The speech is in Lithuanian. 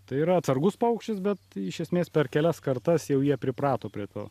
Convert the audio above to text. tai yra atsargus paukštis bet iš esmės per kelias kartas jau jie priprato prie to